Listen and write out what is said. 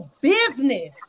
business